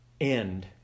end